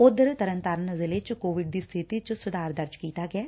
ਉਧਰ ਤਰਨਤਾਰਨ ਜ਼ਿਲ਼ੇ ਚ ਕੋਵਿਡ ਦੀ ਸਬਿਤੀ ਚ ਸੁਧਾਰ ਦਰਜ ਕੀਤਾ ਗਿਐ